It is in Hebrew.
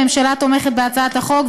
הממשלה תומכת בהצעות החוק,